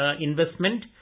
investment